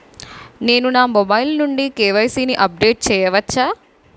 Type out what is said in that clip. నేను నా మొబైల్ నుండి కే.వై.సీ ని అప్డేట్ చేయవచ్చా?